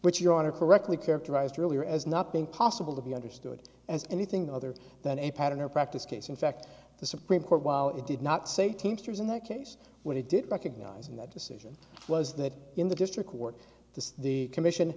but your honor correctly characterized earlier as not being possible to be understood as anything other than a pattern or practice case in fact the supreme court while it did not say teamsters in that case what it did recognize in that decision was that in the district court the the commission